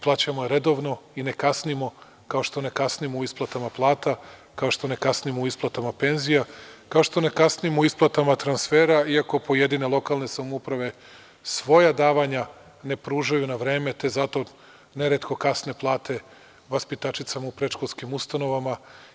Plaćamo je redovno, ne kasnimo, kao što ne kasnimo u isplatama plata, kao što ne kasnimo u isplatama penzija, kao što ne kasnimo u isplatama transfera, iako pojedine lokalne samouprave svoja davanja ne pružaju na vreme, te zato neretko kasne plate vaspitačicama u predškolskim ustanovama.